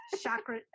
Chakra